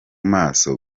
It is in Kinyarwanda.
maso